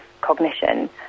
cognition